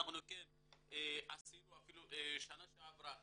שנה שעברה